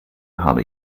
habe